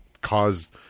caused